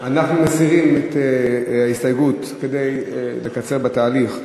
אנחנו מסירים את ההסתייגות כדי לקצר בתהליך,